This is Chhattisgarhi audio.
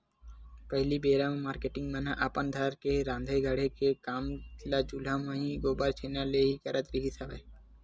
पहिली बेरा म मारकेटिंग मन ह अपन घर के राँधे गढ़े के काम ल चूल्हा म ही, गोबर छैना ले ही करत रिहिस हवय